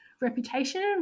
reputation